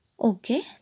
Okay